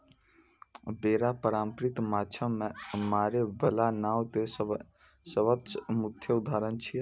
बेड़ा पारंपरिक माछ मारै बला नाव के सबसं मुख्य उदाहरण छियै